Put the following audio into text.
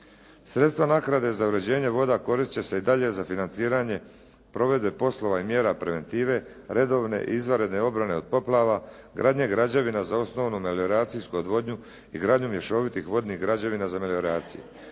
Sredstva naknade za uređenje voda koristiti će se i dalje za financiranje provedbe poslova i mjera preventive, redovne i izvanredne obrane od poplava, gradnje građevina za osnovno melioracijsko odvodnju i gradnja mješovitih vodnih građevina za melioraciju.